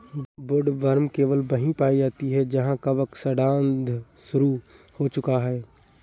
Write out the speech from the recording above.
woodworm केवल वहीं पाई जाती है जहां कवक सड़ांध शुरू हो चुकी है